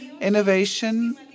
innovation